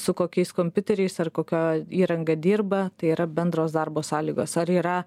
su kokiais kompiuteriais ar kokia įranga dirba tai yra bendros darbo sąlygos ar yra